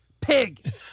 pig